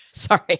Sorry